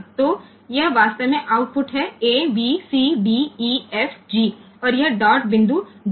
तो यह वास्तव में आउटपुट है A B C D E F G और यह डॉट बिंदु डीपी